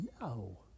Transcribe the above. no